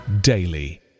daily